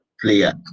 player